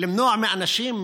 למנוע מאנשים,